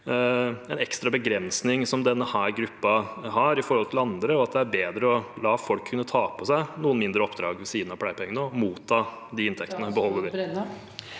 en ekstra begrensning denne gruppen har i forhold til andre, og at det er bedre å la folk kunne ta på seg noen mindre oppdrag ved siden av pleiepengene, motta disse inntektene og beholde